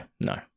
No